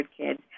kids